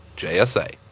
JSA